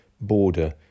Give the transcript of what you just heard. border